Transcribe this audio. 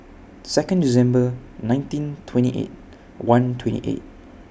Second December nineteen twenty eight one twenty eight